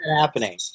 happening